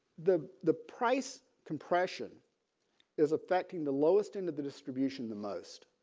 the the price compression is affecting the lowest end of the distribution the most